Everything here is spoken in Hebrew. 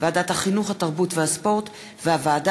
ועדת החינוך התרבות והספורט והוועדה